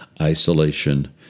isolation